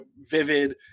Vivid